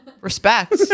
Respect